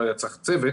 לא היה צריך צוות